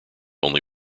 only